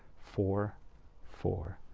four four,